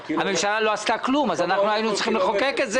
הממשלה לא עשתה כלום אז אנחנו היינו צריכים לחוקק את זה,